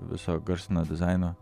viso garsinio dizaino